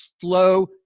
slow